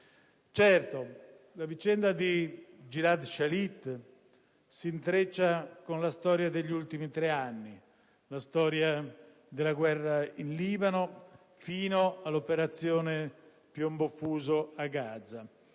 Certo, la vicenda di Gilad Shalit s'intreccia con la storia degli ultimi tre anni, la storia della guerra in Libano fino all'operazione «Piombo fuso» a Gaza.